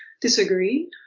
disagree